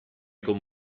con